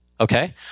Okay